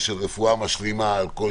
רפואה משלימה על כל חלקיה.